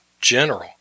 general